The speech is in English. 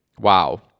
wow